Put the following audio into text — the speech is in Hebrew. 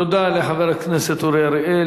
תודה לחבר הכנסת אורי אריאל.